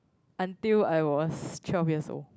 until I was twelve years old